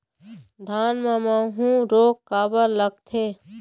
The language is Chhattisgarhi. धान म माहू रोग काबर लगथे?